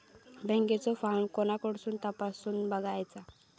बँकेचो फार्म कोणाकडसून तपासूच बगायचा?